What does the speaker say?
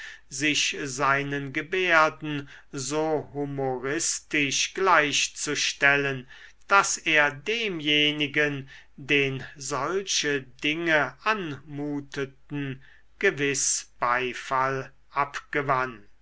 sich seinen gebärden so humoristisch gleichzustellen daß er demjenigen den solche dinge anmuteten gewiß beifall abgewann